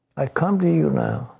i come to you now